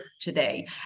today